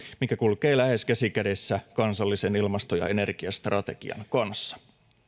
mikä kulkee lähes käsi kädessä kansallisen ilmasto ja energiastrategian kanssa